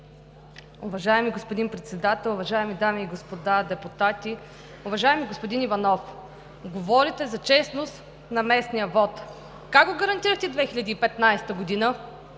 Уважаеми господин Председател, уважаеми дами и господа депутати! Уважаеми господин Иванов, говорите за честност на местния вот. Как го гарантирахте 2015 г.